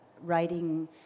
writing